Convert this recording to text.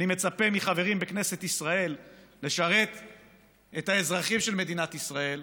אני מצפה מחברים בכנסת ישראל לשרת את האזרחים של מדינת ישראל,